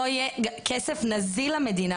לא יהיה כסף נזיל למדינה,